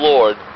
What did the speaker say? Lord